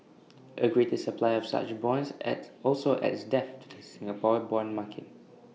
A greater supply of such bonds at also adds depth to the Singapore Bond market